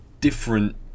different